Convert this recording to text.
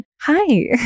hi